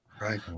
Right